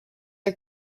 are